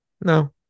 no